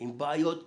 עם בעיות קשות,